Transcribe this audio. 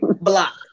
Block